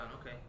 okay